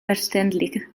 verständlich